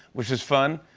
which was fun.